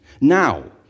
Now